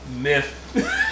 myth